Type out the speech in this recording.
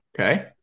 Okay